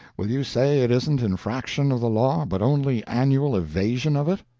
will you say it isn't infraction of the law, but only annual evasion of it?